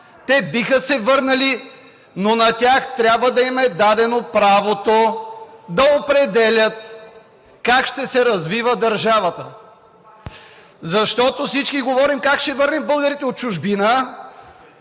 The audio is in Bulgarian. Те биха се върнали, но на тях трябва да им е дадено правото да определят как ще се развива държавата. Всички говорим как ще върнем българите от чужбина,